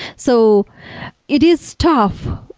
so it is tough.